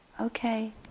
Okay